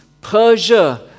Persia